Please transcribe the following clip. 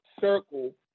circle